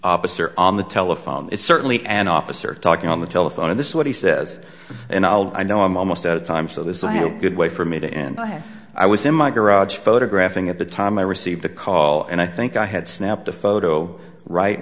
officer on the telephone is certainly an officer talking on the telephone and this is what he says and i know i'm almost out of time so this i hope good way for me to end i had i was in my garage photographing at the time i received the call and i think i had snapped a photo right